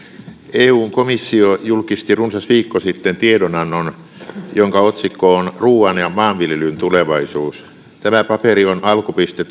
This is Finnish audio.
eun komissio julkisti runsas viikko sitten tiedonannon jonka otsikko on ruoan ja maanviljelyn tulevaisuus tämä paperi on alkupiste